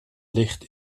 ligt